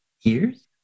years